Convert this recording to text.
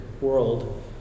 world